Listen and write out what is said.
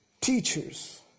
teachers